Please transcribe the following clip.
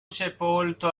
sepolto